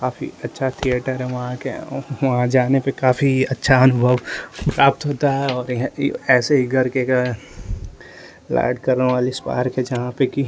काफ़ी अच्छा थिएटर है वहाँ के वहाँ जाने पर काफ़ी अच्छा अनुभव प्राप्त होता है और यह ऐसे ही घर के लार्ड कार्नवालिस पार्क है जहाँ पर कि